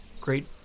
great